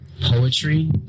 poetry